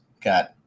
got